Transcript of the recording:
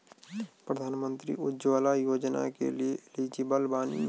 प्रधानमंत्री उज्जवला योजना के लिए एलिजिबल बानी?